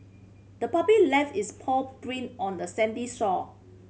the puppy left its paw print on the sandy shore